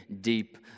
deep